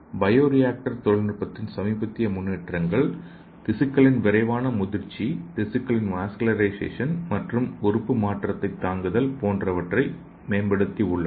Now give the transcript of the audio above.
bio reactor தொழில்நுட்பத்தின் சமீபத்திய முன்னேற்றங்கள் திசுக்களின் விரைவான முதிர்ச்சி திசுக்களின் வாஸ்குலரைசேஷன் மற்றும் உறுப்பு மாற்றத்தை தாங்குதல் போன்றவற்றை மேம்படுத்தி உள்ளன